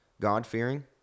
God-fearing